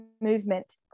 movement